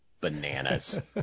bananas